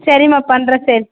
சரிம்மா பண்ணுறேன் சரி